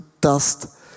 dust